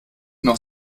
noch